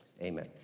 amen